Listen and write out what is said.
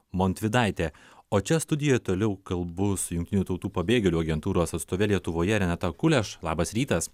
montvydaitė o čia studijoje toliau kalbu su jungtinių tautų pabėgėlių agentūros atstove lietuvoje renata kuleš labas rytas